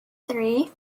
three